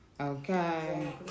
Okay